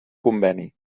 conveni